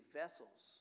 vessels